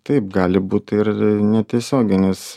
taip gali būti ir netiesioginis